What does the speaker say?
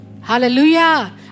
Hallelujah